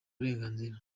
burenganzira